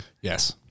Yes